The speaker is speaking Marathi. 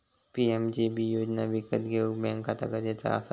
पी.एम.जे.जे.बि योजना विकत घेऊक बॅन्क खाता गरजेचा असा